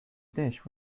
dish